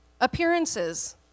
appearances